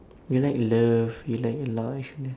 you like love you like a lot each one lah